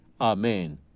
Amen